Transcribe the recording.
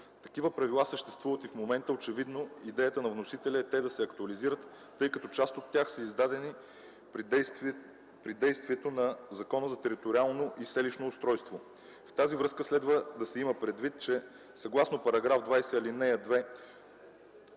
Такива правила съществуват и в момента – очевидно идеята на вносителя е те да се актуализират, тъй като част от тях са издадени при действието на Закона за териториално и селищно устройство. В тази връзка следва да се има предвид, че съгласно § 20, ал. 2